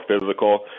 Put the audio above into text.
physical